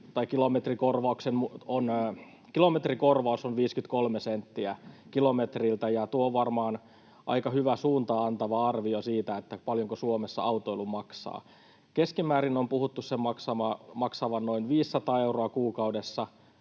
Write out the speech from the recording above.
kilometrikorvaus on 53 senttiä kilometriltä, ja tuo on varmaan aika hyvä suuntaa antava arvio siitä, paljonko Suomessa autoilu maksaa. Sen on puhuttu keskimäärin maksavan noin 500 euroa kuukaudessa.